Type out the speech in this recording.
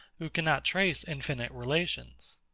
who cannot trace infinite relations.